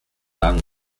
lang